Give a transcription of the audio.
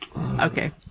Okay